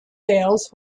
veils